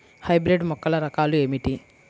Hybrid మొక్కల రకాలు ఏమిటీ?